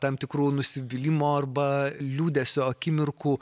tam tikrų nusivylimo arba liūdesio akimirkų